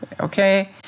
okay